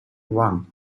one